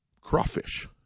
crawfish